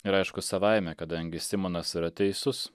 ir aišku savaime kadangi simonas yra teisus